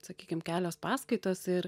sakykim kelios paskaitos ir